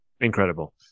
Incredible